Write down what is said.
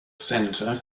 center